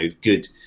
good